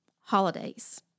holidays